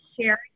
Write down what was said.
Sharing